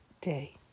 day